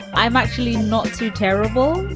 i'm actually not too terrible.